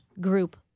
group